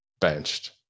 benched